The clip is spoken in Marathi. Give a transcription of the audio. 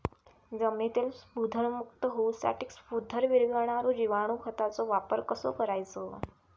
जमिनीतील स्फुदरमुक्त होऊसाठीक स्फुदर वीरघळनारो जिवाणू खताचो वापर कसो करायचो?